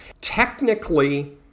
Technically